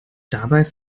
dabei